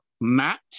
Matt